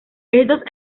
estos